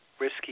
risky